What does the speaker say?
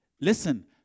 Listen